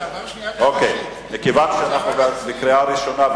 מכיוון שאנחנו בקריאה ראשונה,